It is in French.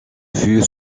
fut